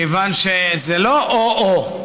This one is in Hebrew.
כיוון שזה לא או-או.